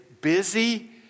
busy